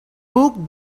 book